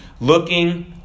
looking